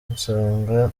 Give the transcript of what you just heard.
nsanga